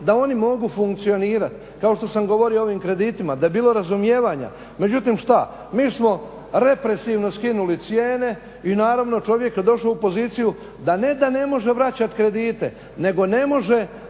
da oni mogu funkcionirati, kao što sam govorio o ovim kreditima, da je bilo razumijevanja, međutim što? Mi smo represivno skinuli cijene i naravno, čovjek kada je došao u poziciju da ne da ne može vraćati kredite, nego ne može